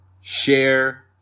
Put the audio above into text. share